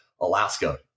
alaska